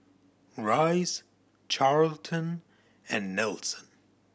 Rice Charlton and Nelson